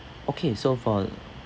okay so for